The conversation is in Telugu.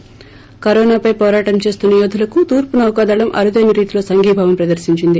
ి కరోనాపై పోరాటం చేస్తున్న యోధులకు తూర్పు నౌకాదళం ఆరుదైన రీతిలో సంఘీభావం ప్రదర్పించింది